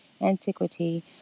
antiquity